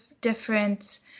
different